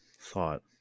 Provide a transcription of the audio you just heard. thought